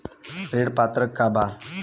ऋण पात्रता का बा?